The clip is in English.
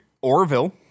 Orville